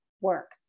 work